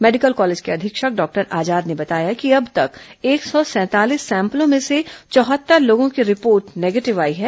medical college के अधीक्षक doctor Azad ने बताया कि अब तक एक सौ सैंतालीस सैंपलों में से चौहत्तर लोगों की रिपोर्ट निगेटिव आई हैं